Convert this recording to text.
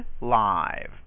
live